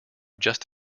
just